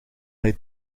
hij